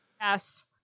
Yes